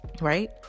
right